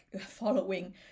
following